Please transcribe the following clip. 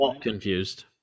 confused